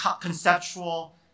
conceptual